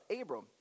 Abram